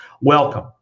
Welcome